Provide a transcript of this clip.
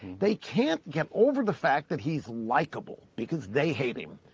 they can't get over the fact that he is likable. because they hate um